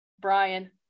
Brian